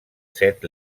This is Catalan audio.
set